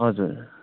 हजुर